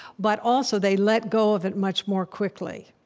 but also, they let go of it much more quickly.